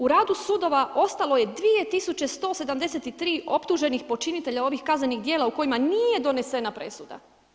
U radu sudova ostalo je 2173 optuženih počinitelja ovih kaznenih djela u kojima nije donesena presuda.